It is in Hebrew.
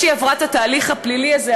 אחרי שהיא עברה את התהליך הפלילי הזה,